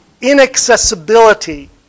inaccessibility